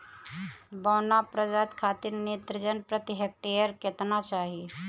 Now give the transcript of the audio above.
बौना प्रजाति खातिर नेत्रजन प्रति हेक्टेयर केतना चाही?